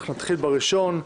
אך נתחיל בראשון: